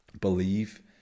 believe